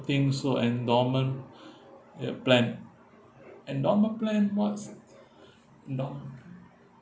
I think so endowment uh plan endowment plan what's endowment